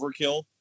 overkill